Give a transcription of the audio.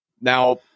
Now